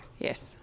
Yes